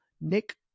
Nick